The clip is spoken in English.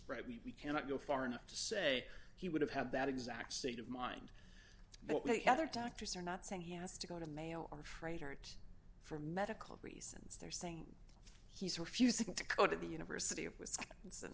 right we cannot go far enough to say he would have had that exact state of mind but we had our doctors are not saying he has to go to male or fright art for medical reasons they're saying he's refusing to go to the university of wisconsin